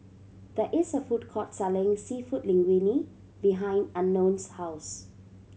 there is a food court selling Seafood Linguine behind Unknown's house